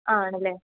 ആണല്ലേ